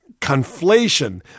conflation